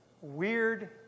weird